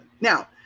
Now